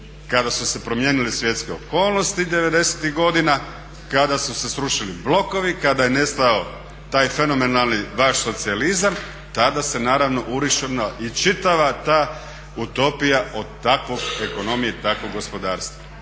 Kada su se promijenile svjetske okolnosti '90.-tih godina, kada su se srušili blokovi, kada je nestao taj fenomenalni vaš socijalizam tada se naravno …/Govornik se ne razumije./… i čitava ta utopija od takve ekonomije i takvog gospodarstva.